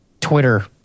Twitter